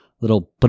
little